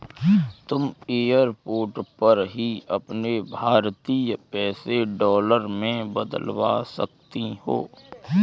तुम एयरपोर्ट पर ही अपने भारतीय पैसे डॉलर में बदलवा सकती हो